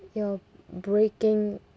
you're breaking